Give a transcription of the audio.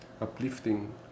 uplifting